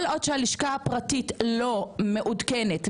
כל עוד שהלשכה הפרטית לא מעודכנת,